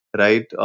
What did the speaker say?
right